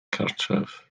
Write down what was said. cartref